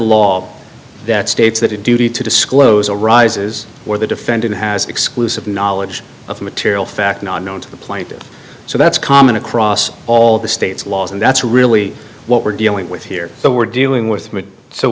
a law that states that a duty to disclose arises where the defendant has exclusive knowledge of material fact not known to the plaintiff so that's common across all the state's laws and that's really what we're dealing with here so we're dealing with